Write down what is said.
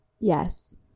Yes